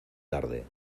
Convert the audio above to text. tarde